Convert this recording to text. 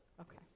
Okay